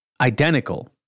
identical